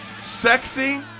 sexy